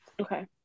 Okay